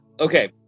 Okay